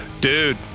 Dude